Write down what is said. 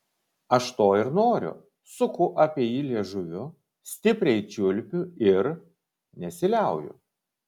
aš to ir noriu suku apie jį liežuviu stipriai čiulpiu ir nesiliauju